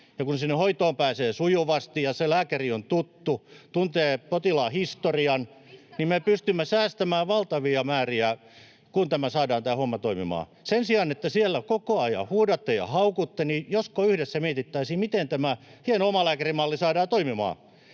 Kun sinne hoitoon pääsee sujuvasti ja se lääkäri on tuttu ja tuntee potilaan historian, niin me pystymme säästämään valtavia määriä, kun saadaan tämä homma toimimaan. Sen sijaan, että siellä koko ajan huudatte ja haukutte, niin josko yhdessä mietittäisiin, miten tämä hieno omalääkärimalli saadaan toimimaan.